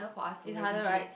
it harder right